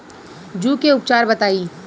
जूं के उपचार बताई?